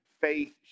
Faith